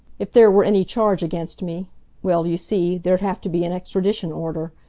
if there were any charge against me well, you see, there'd have to be an extradition order.